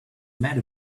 matter